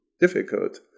difficult